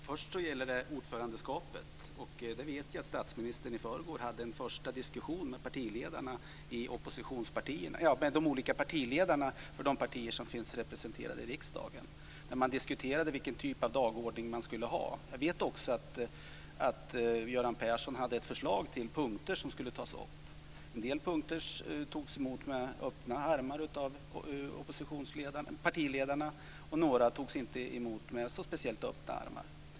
Fru talman! När det först gäller ordförandeskapet vet jag att statsministern i förrgår hade en första diskussion med partiledarna för de olika partier som finns representerade i riksdagen där det fördes en diskussion om vilken typ av dagordning som man skulle ha. Jag vet också att Göran Persson hade förslag till punkter som skulle tas upp. En del punkter togs emot med öppna armar av partiledarna medan andra togs emot med inte så speciellt öppna armar.